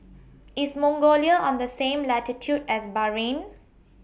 IS Mongolia on The same latitude as Bahrain